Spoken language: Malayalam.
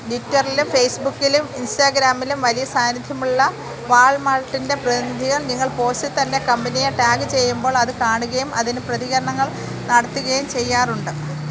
ട്വിറ്ററിലും ഫേസ്ബുക്കിലും ഇൻസ്റ്റാഗ്രാമിലും വലിയ സാന്നിധ്യമുള്ള വാൾമാർട്ടിൻ്റെ പ്രതിനിധികൾ നിങ്ങൾ പോസ്റ്റിൽത്തന്നെ കമ്പനിയെ ടാഗ് ചെയ്യുമ്പോൾ അത് കാണുകയും അതിന് പ്രതികരണങ്ങൾ നടത്തുകയും ചെയ്യാറുണ്ട്